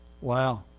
Wow